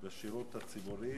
בשירות הציבורי